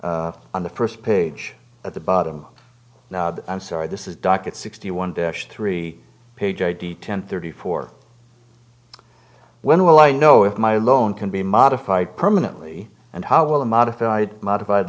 on the first page at the bottom now i'm sorry this is docket sixty one dash three page id ten thirty four when will i know if my loan can be modified permanently and how will the modified modified